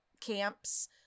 camps